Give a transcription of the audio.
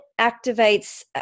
activates